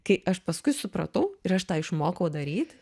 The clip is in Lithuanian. kai aš paskui supratau ir aš tą išmokau daryt